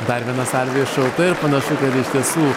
dar viena salvė iššauta ir panašu kad iš tiesų